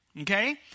Okay